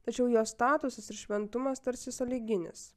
tačiau jo statusas ir šventumas tarsi sąlyginis